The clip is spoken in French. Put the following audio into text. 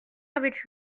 avec